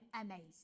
amazing